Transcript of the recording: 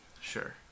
Sure